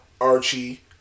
Archie